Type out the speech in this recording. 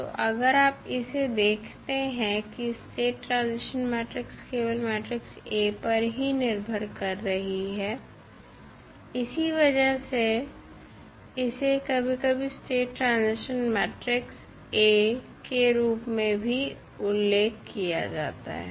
तो अगर आप इसे देखते हैं कि स्टेट ट्रांजिशन मैट्रिक्स केवल मैट्रिक्स A पर ही निर्भर कर कर रही है इसी वजह से इसे कभी कभी स्टेट ट्रांजिशन मैट्रिक्स A के रूप में भी उल्लेख किया जाता है